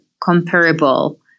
comparable